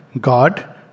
God